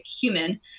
human